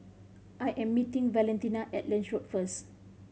I am meeting Valentina at Lange Road first